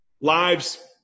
Lives